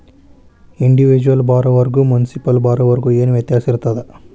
Individual ಬಾರೊವರ್ಗು municipal ಬಾರೊವರ್ಗ ಏನ್ ವ್ಯತ್ಯಾಸಿರ್ತದ?